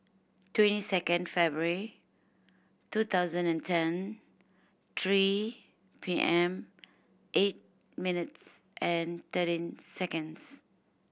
twenty second February two thousand and ten three P M eight minutes and thirteen seconds